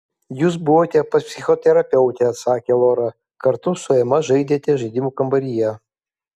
jūs buvote pas psichoterapeutę atsakė lora kartu su ema žaidėte žaidimų kambaryje